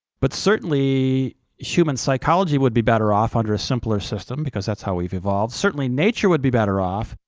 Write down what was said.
but certainly human psychology would be better off under a simpler system, because that's how we've evolved. certainly nature would be better off.